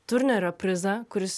turnerio prizą kuris